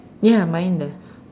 ya mine the